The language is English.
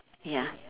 ya